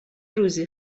روزی